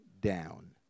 down